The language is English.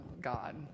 God